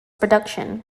production